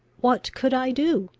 what could i do?